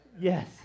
Yes